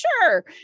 sure